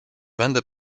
będę